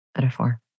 metaphor